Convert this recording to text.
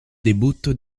debutto